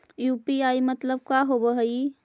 UPI मतलब का होब हइ?